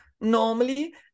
normally